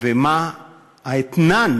ומה האתנן